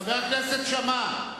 חבר הכנסת שאמה.